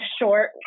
short